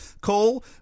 Call